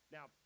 Now